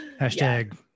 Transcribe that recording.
Hashtag